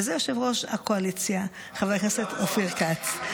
וזה יושב-ראש הקואליציה חבר הכנסת אופיר כץ.